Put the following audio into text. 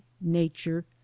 NATURE